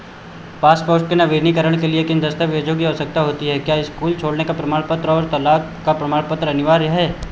passport के नवीनीकरण के लिए किन दस्तावेज़ों की आवश्यकता होती है क्या स्कूल छोड़ने का प्रमाण पत्र और तलाक का प्रमाण पत्र अनिवार्य है